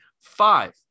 five